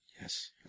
Yes